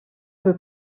peu